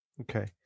Okay